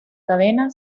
cadena